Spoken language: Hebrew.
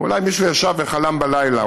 אולי מישהו ישב וחלם בלילה,